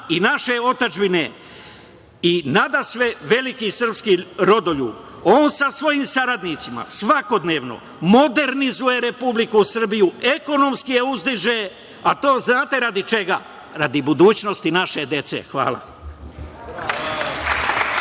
i naše otadžbine i nadasve veliki srpski rodoljub. On sa svojim saradnicima svakodnevno modernizuje Republiku Srbiju, ekonomski je uzdiže, a to znate radi čega? Radi budućnosti naše dece. Hvala.